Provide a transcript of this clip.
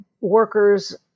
workers